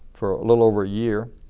for a little over a year